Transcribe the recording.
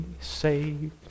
saved